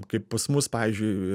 kaip pas mus pavyzdžiui